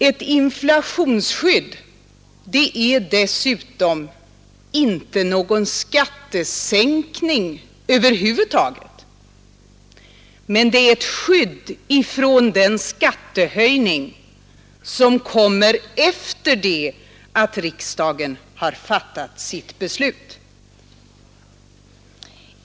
Ett inflationsskydd är dessutom över huvud taget inte någon skattesänkning, utan det är ett skydd mot den skattehöjning som kommer efter det att riksdagen har fattat sitt beslut.